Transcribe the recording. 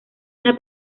una